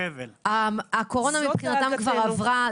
הקורונה מבחינתם כבר עברה,